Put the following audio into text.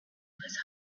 his